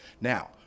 Now